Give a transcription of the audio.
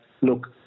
look